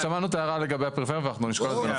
שמענו את ההערה לגבי הפריפריה ואנחנו נשקול את זה.